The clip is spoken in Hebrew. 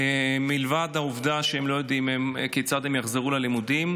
מלבד העובדה שהם לא יודעים כיצד הם יחזרו ללימודים,